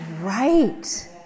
Right